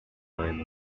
rome